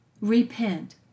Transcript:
Repent